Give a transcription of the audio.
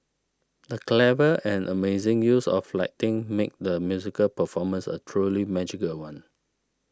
the clever and amazing use of lighting made the musical performance a truly magical one